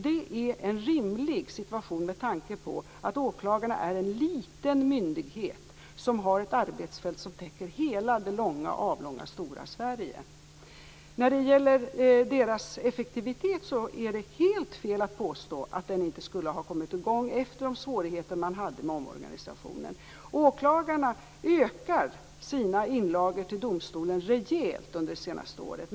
Det är en rimlig situation med tanke på att åklagarna ingår i en liten myndighet med ett arbetsfält som täcker hela det avlånga och stora Sverige. Det är helt fel att påstå att åklagarnas effektivitet inte skulle ha kommit i gång efter de svårigheter som fanns med omorganisationen. Åklagarna har ökat sina inlagor till domstolen rejält under det senaste året.